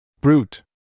Brute